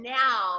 now